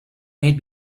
made